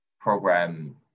program